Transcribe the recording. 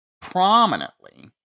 prominently